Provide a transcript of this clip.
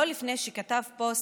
לא לפני שכתב פוסט,